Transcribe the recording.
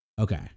Okay